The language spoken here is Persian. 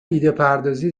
ایدهپردازی